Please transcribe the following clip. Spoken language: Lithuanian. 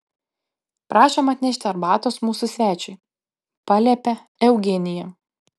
prašom atnešti arbatos mūsų svečiui paliepė eugenija